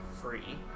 free